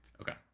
Okay